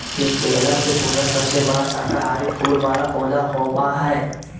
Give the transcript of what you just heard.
केला के पौधा सबसे बड़ा शाकाहारी फूल वाला पौधा होबा हइ